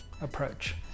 approach